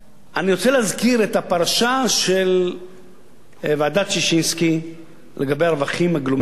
אני רוצה להזכיר את הפרשה של ועדת-ששינסקי לגבי הרווחים הגלומים מהנפט,